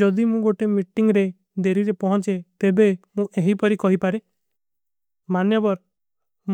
ଜଦୀ ମୁଝେ ଗୋଟେ ମୀଟିଂଗ ରେ ଦେରୀ ରେ ପହୁଁଚେ, ତେଵେ ମୁଝେ ଏହୀ ପରୀ କହୀ ପାରେ। ମାନ୍ଯାବର